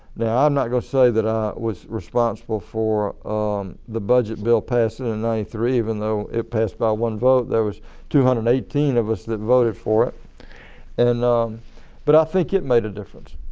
now i'm not going to say that i was responsible for the budget bill passing in ninety three even though it passed by one vote, there was two hundred and eighteen of us that voted for it and but i think it made a difference.